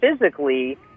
physically